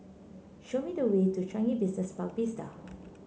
show me the way to Changi Business Park Vista